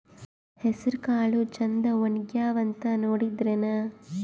ಹೆಸರಕಾಳು ಛಂದ ಒಣಗ್ಯಾವಂತ ನೋಡಿದ್ರೆನ?